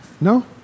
no